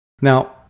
Now